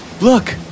Look